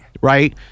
Right